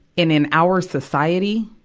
in in our society,